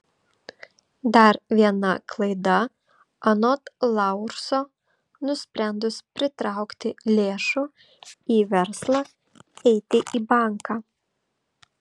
dar viena klaida anot laurso nusprendus pritraukti lėšų į verslą eiti į banką